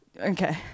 okay